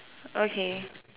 okay